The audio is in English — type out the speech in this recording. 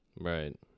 Right